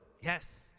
Yes